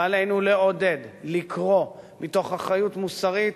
ועלינו לעודד, לקרוא מתוך אחריות מוסרית